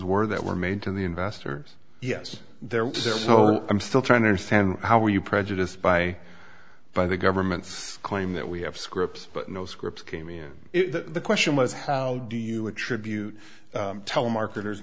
were that were made to the investors yes there was there so i'm still trying to understand how were you prejudiced by by the government's claim that we have scripts but no scripts came in the question was how do you attribute telemarketers